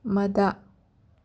ꯃꯗꯥ